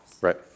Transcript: right